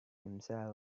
himself